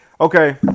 Okay